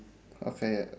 okay